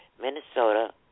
Minnesota